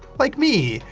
like me,